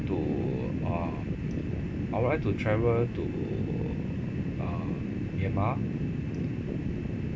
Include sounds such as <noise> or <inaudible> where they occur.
to uh <noise> I would like to travel to uh myanmar